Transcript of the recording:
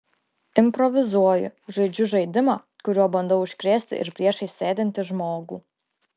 improvizuoju žaidžiu žaidimą kuriuo bandau užkrėsti ir priešais sėdintį žmogų